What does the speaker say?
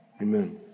Amen